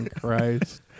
Christ